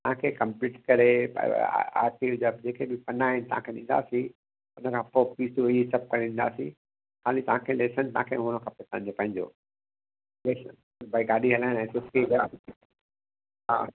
तव्हां खे कम्प्लीट करे आर सी जा जेके बि पन्ना आहिनि तव्हां खे ॾींदासीं इन खां पोइ फीसूं इहे सभु करंदासीं हाली तव्हां खे लेसन तव्हां खे हुअणु खपे पंहिंजो पंहिंजो लेसन भई गाॾी हलाइण ऐं हा